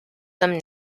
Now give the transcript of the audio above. them